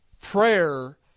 prayer